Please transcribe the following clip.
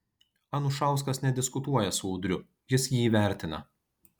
anušauskas nediskutuoja su udriu jis jį vertina